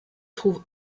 trouve